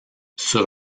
sur